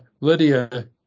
Lydia